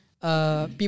people